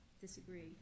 disagree